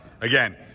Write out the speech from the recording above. again